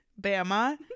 Bama